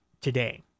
today